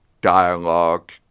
dialogue